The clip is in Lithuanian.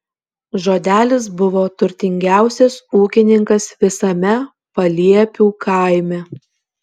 žodelis buvo turtingiausias ūkininkas visame paliepių kaime